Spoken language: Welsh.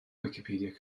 wicipedia